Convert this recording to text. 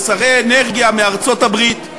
ושרי אנרגיה מארצות-הברית,